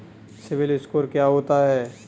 CIBIL score क्या होता है?